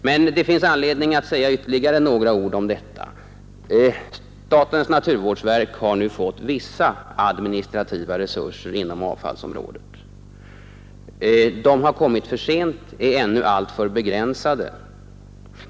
Men det finns anledning att säga ytterligare några ord om avfallsproblemen. Statens naturvårdsverk har nu fått vissa administrativa resurser inom avfallsområdet. De har kommit för sent och är ännu alltför begränsade.